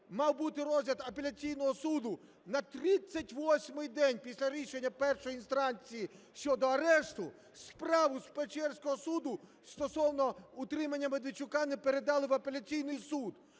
мав бути розгляд апеляційного суду на 38-й день після рішення першої інстанції щодо арешту, справу з Печерського суду стосовно утримання Медведчука не передали в апеляційний суд.